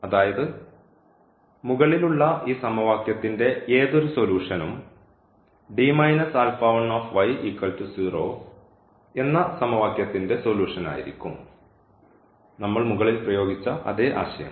അതായത് മുകളിലുള്ള ഈ സമവാക്യത്തിന്റെ ഏതൊരു സൊലൂഷൻഉം എന്ന സമവാക്യത്തിന്റെ സൊലൂഷൻ ആയിരിക്കും നമ്മൾ മുകളിൽ പ്രയോഗിച്ച അതേ ആശയം